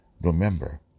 Remember